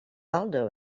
aldo